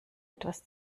etwas